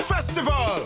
Festival